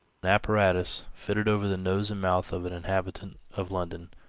an apparatus fitted over the nose and mouth of an inhabitant of london,